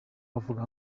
bavuga